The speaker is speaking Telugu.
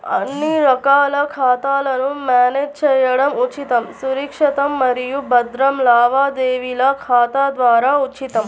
అన్ని రకాల ఖాతాలను మ్యానేజ్ చేయడం ఉచితం, సురక్షితం మరియు భద్రం లావాదేవీల ఖాతా ద్వారా ఉచితం